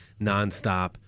nonstop